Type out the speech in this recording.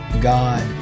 God